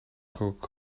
coca